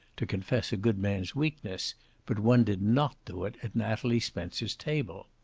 to confess a good man's weakness but one did not do it at natalie spencer's table.